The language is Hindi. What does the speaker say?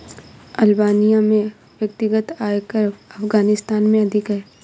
अल्बानिया में व्यक्तिगत आयकर अफ़ग़ानिस्तान से अधिक है